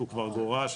הוא כבר גורש,